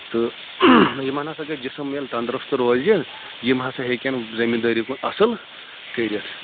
تہٕ یِمن ہَسا گٔے جِسم ییٚلہِ تندرُست روزِ یِم ہَسا ہیٚکن زٔمیٖندٲری کُن اَصٕل کٔرِتھ